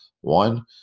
One